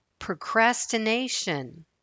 Procrastination